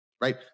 right